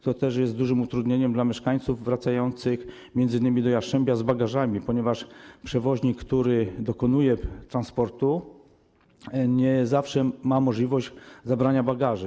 To też jest dużym utrudnieniem dla mieszkańców wracających m.in. do Jastrzębia z bagażami, ponieważ przewoźnik, który dokonuje transportu, nie zawsze ma możliwość zabrania bagaży.